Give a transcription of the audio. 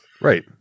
Right